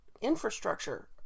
infrastructure